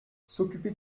s’occuper